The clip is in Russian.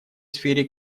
сфере